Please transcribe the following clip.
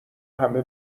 همه